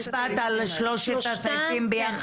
להוסיף את שלושת הסעיפים האלה.